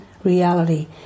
Reality